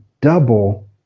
double